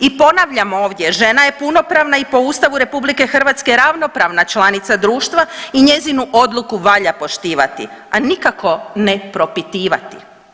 I ponavljam ovdje žena je punopravna i po Ustavu RH ravnopravna članica društva i njezinu odluku valja poštivati, a nikako ne propitivati.